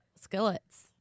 skillets